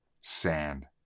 sand